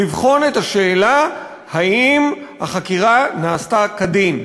לבחון את השאלה אם החקירה נעשתה כדין,